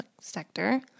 Sector